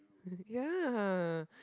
ya